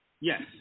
Yes